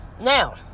Now